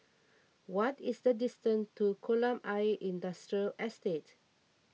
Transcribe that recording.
what is the distance to Kolam Ayer Industrial Estate